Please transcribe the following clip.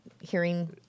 hearing